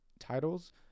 titles